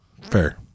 Fair